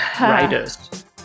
writers